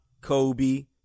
Kobe